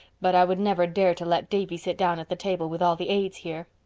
but i would never dare to let davy sit down at the table with all the aids here.